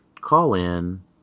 call-in